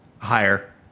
Higher